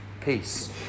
peace